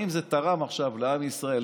האם זה תרם עכשיו לעם ישראל,